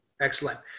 Excellent